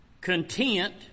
content